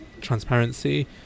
transparency